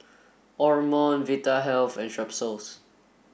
Omron Vitahealth and Strepsils